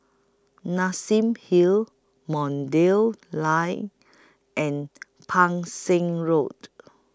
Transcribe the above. Nassim Hill Line and Pang Seng Road